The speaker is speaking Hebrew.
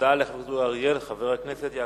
תודה לחבר הכנסת אורי אריאל.